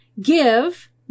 give